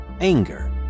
anger